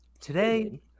Today